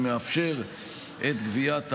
שמאפשר את גביית הפיצוי.